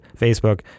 Facebook